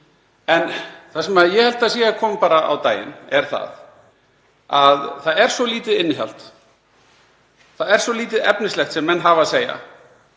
Það sem ég held að sé að koma á daginn er að það er svo lítið innihald. Það er svo lítið efnislegt sem menn hafa að segja